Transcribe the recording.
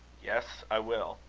yes, i will,